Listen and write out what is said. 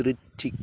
Trichy